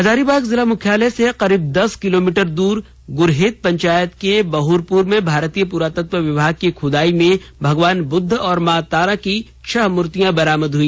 हजारीबाग जिला मुख्यालय से करीब दस किलोमीटर दूर गुरहेत पंचायत के बहोरनपुर में भारतीय पूरातत्व विभाग की खुदाई में भगवान बुद्ध और मां तारा की छह मूर्तियां बरामद हुई